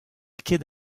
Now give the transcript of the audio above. ket